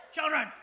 Children